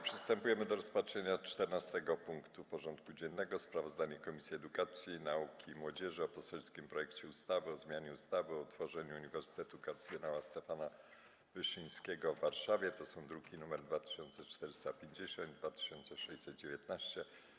Przystępujemy do rozpatrzenia punktu 14. porządku dziennego: Sprawozdanie Komisji Edukacji, Nauki i Młodzieży o poselskim projekcie ustawy o zmianie ustawy o utworzeniu Uniwersytetu Kardynała Stefana Wyszyńskiego w Warszawie (druki nr 2450 i 2619)